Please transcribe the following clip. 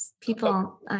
People